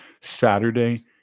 Saturday